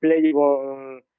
playable